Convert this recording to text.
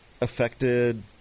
affected